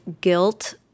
guilt